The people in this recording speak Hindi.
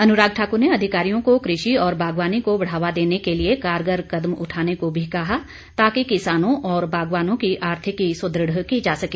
अनुराग ठाक्र ने अधिकारियों को कृषि और बागवानी को बढ़ावा देने के लिए कारगर कदम उठाने को भी कहा ताकि किसानों और बागवानों की आर्थिकी सुद्रढ़ की जा सके